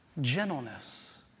gentleness